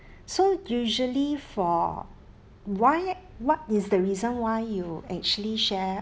so usually for why what is the reason why you actually share